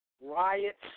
Riots